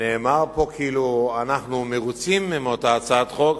כאילו אנחנו מרוצים מאותה הצעת חוק,